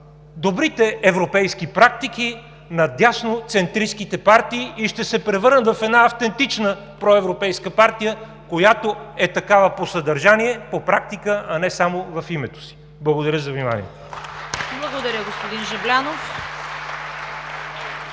добрите европейски практики на дясноцентристките партии и ще се превърнат в една автентична проевропейска партия, която е такава по съдържание, по практика, а не само в името си. Благодаря за вниманието. (Ръкопляскания от